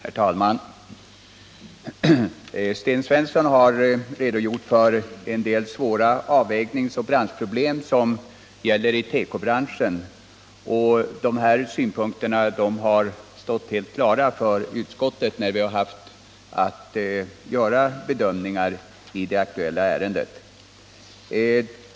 Herr talman! Sten Svensson har redogjort för vissa svåra avvägningsoch och branschproblem inom tekobranschen. I utskottet har vi också mycket väl känt till de här synpunkterna, när vi har haft att göra bedömningar i det aktuella ärendet.